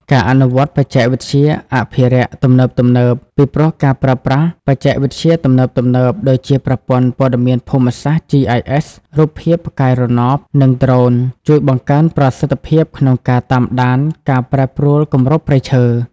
ការអនុវត្តបច្ចេកវិទ្យាអភិរក្សទំនើបៗ ពីព្រោះការប្រើប្រាស់បច្ចេកវិទ្យាទំនើបៗ ដូចជាប្រព័ន្ធព័ត៌មានភូមិសាស្ត្រ GIS រូបភាពផ្កាយរណប និងដ្រូន ជួយបង្កើនប្រសិទ្ធភាពក្នុងការតាមដានការប្រែប្រួលគម្របព្រៃឈើ។